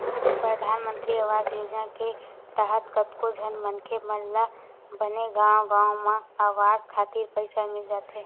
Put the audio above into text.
परधानमंतरी आवास योजना के तहत कतको झन मनखे मन ल बने गांव गांव म अवास खातिर पइसा मिल जाथे